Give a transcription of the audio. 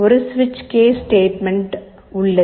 ஒரு சுவிட்ச் case statement உள்ளது